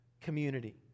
community